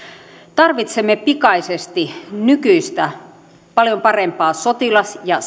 tarvitsemme pikaisesti nykyistä paljon parempaa sotilas ja